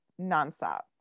nonstop